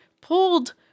pulled